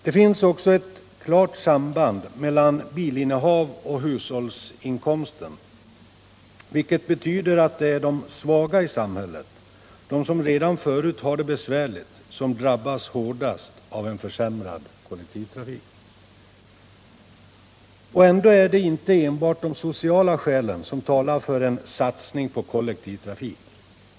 Det finns också ett klart samband mellan bilinnehav och hushållsinkomst, vilket betyder att det är de svaga i samhället — de som redan förut har det besvärligt — som drabbas hårdast av en försämrad kollektivtrafik. Och ändå är det inte enbart de sociala skälen som talar för en satsning på kollektiv trafik.